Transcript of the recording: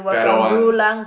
better ones